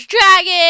dragon